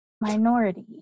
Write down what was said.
minority